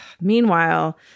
Meanwhile